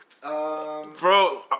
Bro